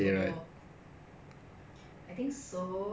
I think we are just dragging it eh oh my goodness